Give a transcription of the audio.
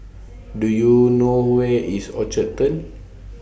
Do YOU know Where IS Orchard Turn